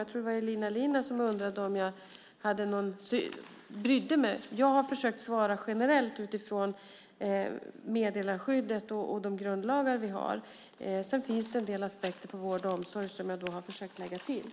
Jag tror det var Elina Linna som undrade om jag brydde mig. Jag har försökt att svara generellt utifrån meddelarskyddet och våra grundlagar. Sedan finns det en del aspekter på vård och omsorg som jag har försökt att lägga till.